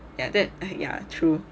ya that ya true